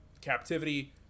captivity